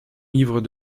livre